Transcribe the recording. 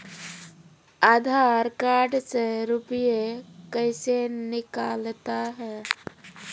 आधार कार्ड से रुपये कैसे निकलता हैं?